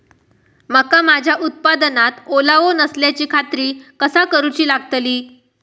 मका माझ्या उत्पादनात ओलावो नसल्याची खात्री कसा करुची लागतली?